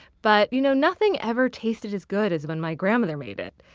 but you know nothing ever tasted as good as when my grandmother made it.